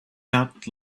out